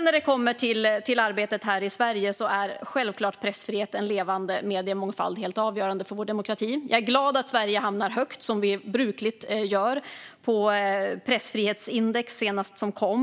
När det gäller arbetet i Sverige är självklart pressfrihet och en levande mediemångfald helt avgörande för vår demokrati. Jag är glad att Sverige hamnar högt, som brukligt, i senaste pressfrihetsindex